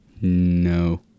no